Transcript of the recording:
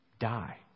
die